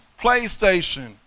PlayStation